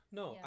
no